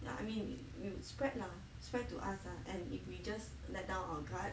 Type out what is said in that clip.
ya I mean they would spread lah spread to us ah and if we just let down our guard